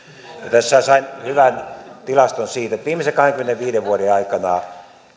tässä sain hyvän tilaston siitä että viimeisen kahdenkymmenenviiden vuoden aikana